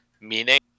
meaning